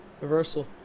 Reversal